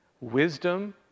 wisdom